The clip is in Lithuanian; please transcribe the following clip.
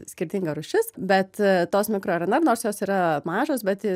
skirtinga rūšis bet tos mikro rnr nors jos yra mažos bet